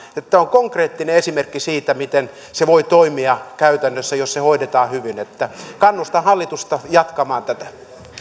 tämä on konkreettinen esimerkki siitä miten se voi toimia käytännössä jos se hoidetaan hyvin kannustan hallitusta jatkamaan tätä